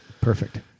Perfect